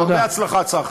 הרבה הצלחה, צחי.